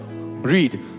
read